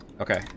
Okay